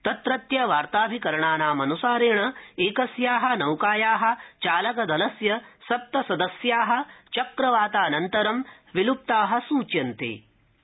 तत्रत्य वार्ताभिकरणानामनुसारेण किस्या नौकाया चालकदलस्य सप्त सदस्या चक्रवातानन्तरं विलुप्ता सूच्यन्ते